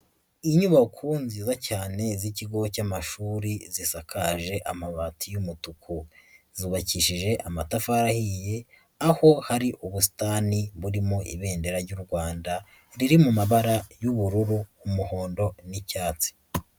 Inyubako nziza cyane z'ikigo cyamashuri zisakaje amabati y'umutuku, zubakishije amatafari ahiye aho hari ubusitani burimo ibendera ry'u Rwanda, riri mu mabara y'ubururu, umuhondo, n'icyatsi.